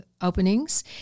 openings